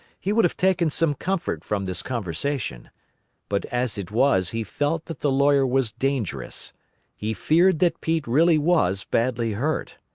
he would have taken some comfort from this conversation but as it was he felt that the lawyer was dangerous he feared that pete really was badly hurt.